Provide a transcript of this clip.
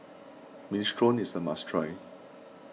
Minestrone is a must try